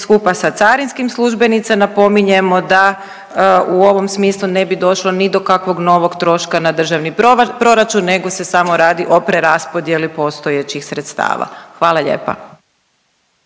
skupa sa carinskim službenicima. Napominjemo da u ovom smislu ne bi došlo ni do kakvog novog troška na državni proračun, nego se samo radi o preraspodjeli postojećih sredstava. Hvala lijepa.